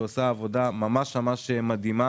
שם הוא עשה עבודה ממש מדהימה,